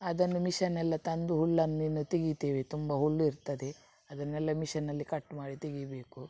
ಅದನ್ನು ಮಿಷನ್ ಎಲ್ಲ ತಂದು ಹುಲ್ಲನ್ನು ಇನ್ನೂ ತೆಗಿತೀವಿ ತುಂಬ ಹುಲ್ಲು ಇರ್ತದೆ ಅದನ್ನೆಲ್ಲ ಮಿಷನ್ನಲ್ಲಿ ಕಟ್ ಮಾಡಿ ತೆಗಿಬೇಕು